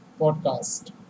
podcast